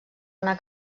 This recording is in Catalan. una